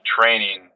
training